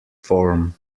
form